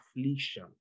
affliction